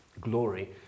glory